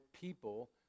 people